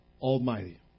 Almighty